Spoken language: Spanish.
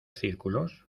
círculos